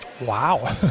Wow